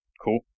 Cool